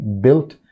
built